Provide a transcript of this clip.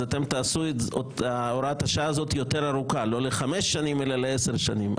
אתם תעשו את הוראת השעה הזאת יותר ארוכה לא לחמש שנים אלא לעשר שנים.